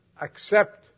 accept